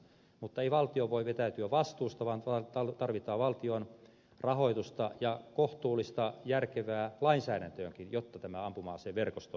mutta ei valtio voi vetäytyä vastuusta vaan tarvitaan valtion rahoitusta ja kohtuullista järkevää lainsäädäntöäkin jotta tämä ampuma aseverkosto meillä säilyy